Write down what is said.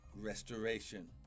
restoration